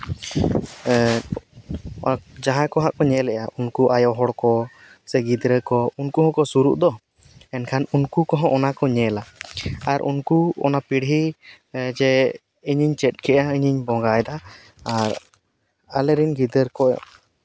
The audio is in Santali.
ᱡᱟᱦᱟᱸᱭ ᱠᱚ ᱦᱟᱸᱜ ᱠᱚ ᱧᱮᱞᱮᱜ ᱟᱠᱚ ᱩᱱᱠᱩ ᱟᱭᱳ ᱦᱚᱲ ᱠᱚ ᱥᱮ ᱜᱤᱫᱽᱨᱟᱹ ᱠᱚ ᱩᱱᱠᱩ ᱦᱚᱸᱠᱚ ᱥᱩᱨᱩᱜ ᱫᱚ ᱮᱱᱠᱷᱟᱱ ᱩᱱᱠᱩ ᱠᱚᱦᱚᱸ ᱚᱱᱟ ᱠᱚ ᱧᱮᱞᱟ ᱟᱨ ᱩᱱᱠᱩ ᱚᱱᱟ ᱯᱤᱲᱦᱤ ᱡᱮ ᱤᱧᱤᱧ ᱪᱮᱫ ᱠᱮᱜᱼᱟ ᱤᱧᱤᱧ ᱵᱚᱸᱜᱟᱭᱮᱫᱟ ᱟᱨ ᱟᱞᱮᱨᱮᱱ ᱜᱤᱫᱟᱹᱨ ᱠᱚ